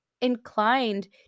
inclined